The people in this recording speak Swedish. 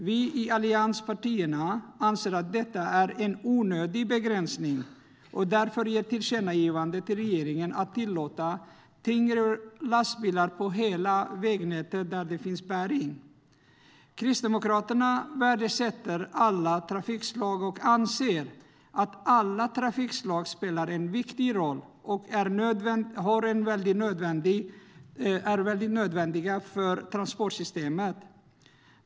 Vi i allianspartierna anser att detta är en onödig begränsning och gör därför ett tillkännagivande till regeringen om att tillåta tyngre lastbilar på hela vägnätet där det finns bäring. Kristdemokraterna värdesätter alla trafikslag och anser att alla trafikslag spelar en viktig roll och är nödvändiga för transportsystemet.